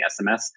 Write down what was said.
sms